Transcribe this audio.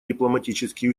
дипломатические